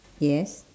yes